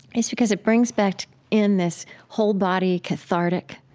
is because it brings back in this whole body, cathartic